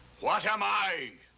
what am i?